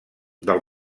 del